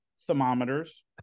thermometers